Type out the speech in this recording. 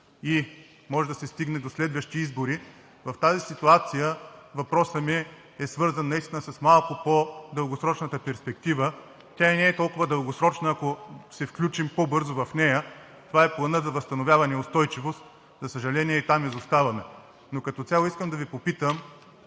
може да се стигне до следващи избори. В тази ситуация въпросът ми е свързан с малко по-дългосрочната перспектива – тя не е толкова дългосрочна, ако се включим по-бързо в нея, това е Планът за възстановяване и устойчивост. За съжаление, там изоставаме. Но като цяло искам да Ви попитам: